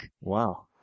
Wow